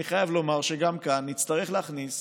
אני חייב לומר שגם כאן נצטרך להכניס